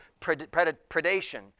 predation